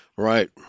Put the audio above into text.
Right